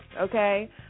Okay